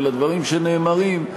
ולדברים שנאמרים,